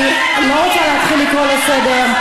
אני לא רוצה להתחיל לקרוא לסדר.